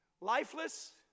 Lifeless